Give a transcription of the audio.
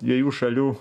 dviejų šalių